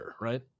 right